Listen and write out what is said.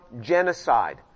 genocide